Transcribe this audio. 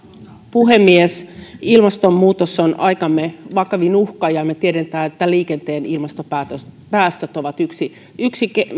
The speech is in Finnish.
puhemies ilmastonmuutos on aikamme vakavin uhka ja me tiedämme että liikenteen ilmastopäästöt ovat yksi